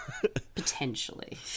Potentially